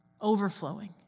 overflowing